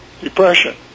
Depression